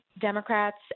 Democrats